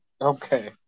okay